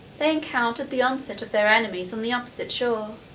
they encountered the onset of their enemies on the opposite shore.